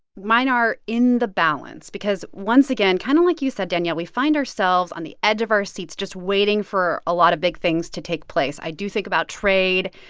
mine are in the balance, because once again, kind of like you said, danielle, we find ourselves on the edge of our seats, just waiting for a lot of big things to take place. i do think about trade.